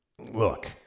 look